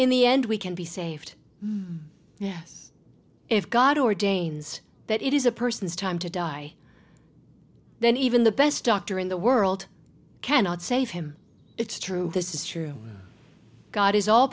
in the end we can be saved yes if god ordains that it is a person's time to die then even the best doctor in the world cannot save him it's true this is true god is all